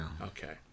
Okay